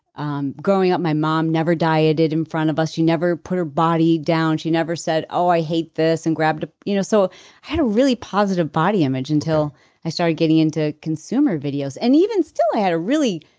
um growing up my mom never dieted in front of us. she never put her body down. she never said, oh i hate this, and grabbed a. you know so i had a really positive body image until i started getting into consumer videos. and even still i had a really.